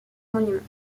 monument